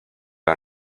are